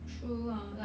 true ah like